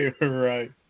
right